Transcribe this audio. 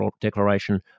Declaration